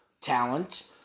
talent